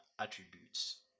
attributes